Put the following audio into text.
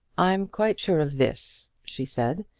i'm quite sure of this, she said,